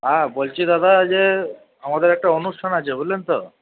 হ্যাঁ বলছি দাদা যে আমাদের একটা অনুষ্ঠান আছে বুঝলেন তো